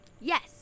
Yes